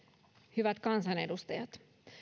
hyvät kansanedustajat